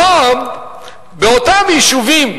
פעם באותם יישובים,